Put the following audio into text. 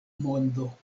mondo